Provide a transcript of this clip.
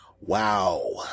Wow